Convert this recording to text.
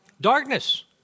Darkness